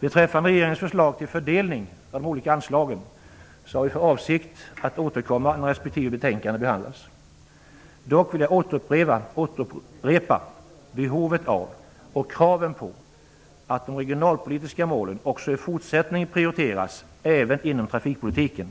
Beträffande regeringens förslag till fördelning av de olika anslagen har vi för avsikt att återkomma när respektive betänkande behandlas. Dock vill jag återupprepa behovet av och kraven på att de regionalpolitiska målen också i fortsättningen prioriteras även inom trafikpolitiken